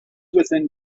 within